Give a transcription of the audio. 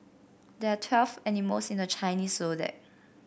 there are twelve animals in the Chinese Zodiac